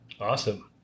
Awesome